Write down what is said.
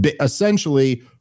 essentially